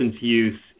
use